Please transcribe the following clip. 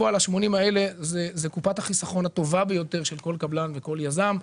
בפועל ה-80% האלה הם קופת החיסכון הטובה ביותר של כל קבלן וכל יזם.